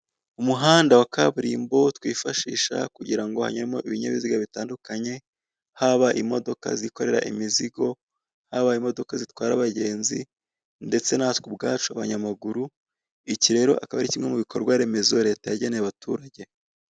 Umuhanda wa kaburimbo twifashisha kugira ngo hanyuremo ibinyabiziga bitandukanye haba imodoka zikorera imizigo, haba imodoka zitwara abagenzi ndetse natwe ubwacu abanyamaguru iki rero akaba ari kimwe mu bikorwaremezo leta yageneye abaturage.